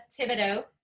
Thibodeau